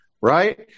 right